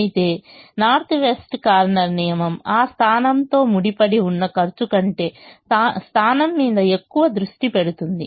అయితే north west corner నియమం ఆ స్థానంతో ముడిపడి ఉన్న ఖర్చు కంటే స్థానం మీద ఎక్కువ దృష్టి పెడుతుంది